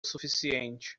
suficiente